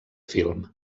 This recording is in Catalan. film